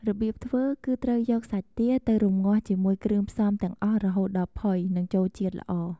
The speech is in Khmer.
របៀបធ្វើគឺត្រូវយកសាច់ទាទៅរំងាស់ជាមួយគ្រឿងផ្សំទាំងអស់រហូតដល់ផុយ និងចូលជាតិល្អ។